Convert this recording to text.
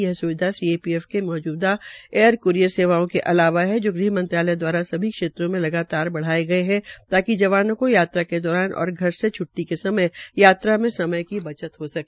यह सुविधा सीआरपीएफ के लिये मौजूदा एय क्रियर सेवाओं के अलावा है जो ग़हमंत्रालय दवारा सभी क्षेत्रो में लगातार बढ़ाये गये है कि ताकि जवानों को यात्रा के दौरान और घर में छ्र्टटी के समय यात्रा में समय की बचत हो सके